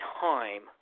time